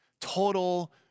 Total